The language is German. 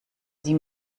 sie